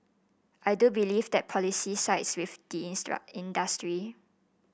I do believe that the policy sides with the instruct industry